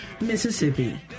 Mississippi